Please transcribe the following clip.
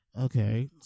okay